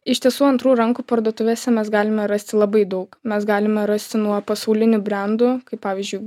iš tiesų antrų rankų parduotuvėse mes galime rasti labai daug mes galime rasti nuo pasaulinių brendų kaip pavyzdžiui